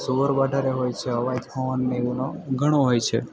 શોર વધારે હોય છે અવાજ હોર્ન ને એવું નો ઘણો હોય છે